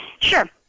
Sure